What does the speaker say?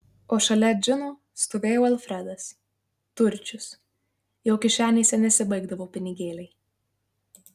o šalia džino stovėjo alfredas turčius jo kišenėse nesibaigdavo pinigėliai